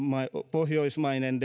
pohjoismainen